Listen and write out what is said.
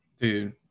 dude